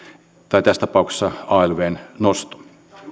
tai tässä tapauksessa alvn nosto